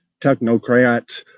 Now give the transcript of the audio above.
technocrat